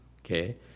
okay